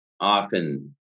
often